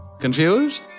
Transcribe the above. Confused